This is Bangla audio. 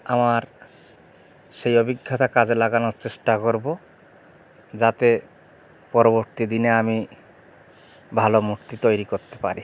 আমার সেই অভিজ্ঞতা কাজে লাগানোর চেষ্টা করবো যাতে পরবর্তী দিনে আমি ভালো মূর্তি তৈরি করতে পারি